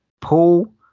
paul